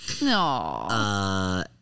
No